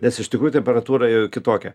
nes iš tikrųjų temperatūra kitokia